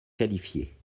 qualifiés